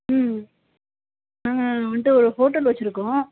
ம் நாங்கள் வண்ட்டு ஒரு ஹோட்டல் வச்சிருக்கோம்